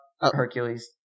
Hercules